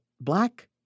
Black